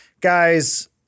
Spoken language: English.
guys